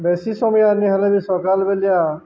ବେଶୀ ସମୟ ନିହଲେ ବି ସକାଳ ବେଲିଆ